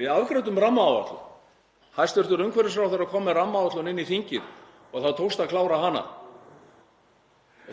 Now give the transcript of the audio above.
Við afgreiddum rammaáætlun. Hæstv. umhverfisráðherra kom með rammaáætlun inn í þingið og það tókst að klára hana.